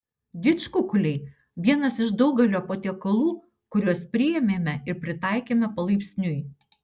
didžkukuliai vienas iš daugelio patiekalų kuriuos priėmėme ir pritaikėme palaipsniui